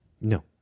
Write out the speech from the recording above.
No